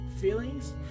Feelings